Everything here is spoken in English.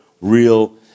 real